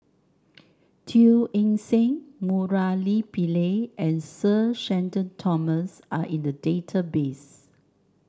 Teo Eng Seng Murali Pillai and Sir Shenton Thomas are in the database